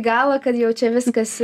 galą kad jau čia viskas